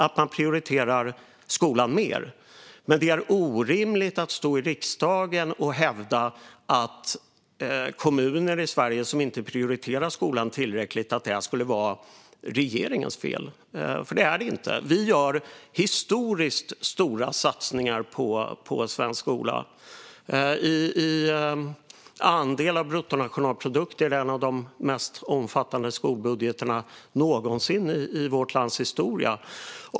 Men det är orimligt att stå i riksdagen och hävda att det skulle vara regeringens fel att det finns kommuner i Sverige som inte prioriterar skolan tillräckligt, för det är det inte. Vi gör historiskt stora satsningar på svensk skola. Som andel av bruttonationalprodukten är detta en av de mest omfattande skolbudgetarna någonsin i vårt lands historia.